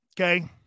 Okay